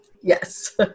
Yes